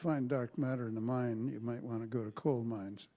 find dark matter in the mine you might want to go to coal mines